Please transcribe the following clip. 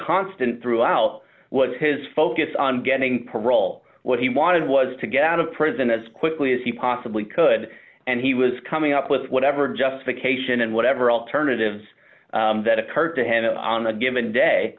constant throughout was his focus on getting parole what he wanted was to get out of prison as quickly as he possibly could and he was coming up with whatever justification and whatever alternatives that occurred to him on a given day